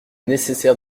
nécessaire